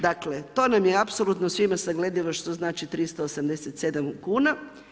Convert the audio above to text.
Dakle to nam je apsolutno svima sagledivo što znači 387 kuna.